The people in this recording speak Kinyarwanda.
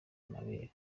amabere